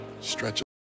Stretch